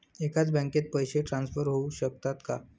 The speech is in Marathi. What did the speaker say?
एकाच बँकेत पैसे ट्रान्सफर होऊ शकतात का?